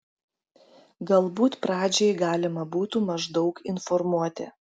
galbūt pradžiai galima būtų maždaug informuoti